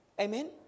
Amen